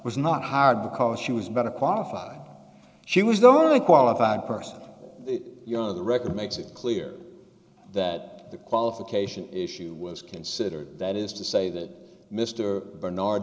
was not hard because she was better qualified she was the only qualified person you know the record makes it clear that the qualification issue was considered that is to say that mr barnard